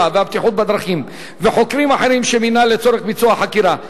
והבטיחות בדרכים וחוקרים אחרים שמינה לצורך ביצוע החקירה,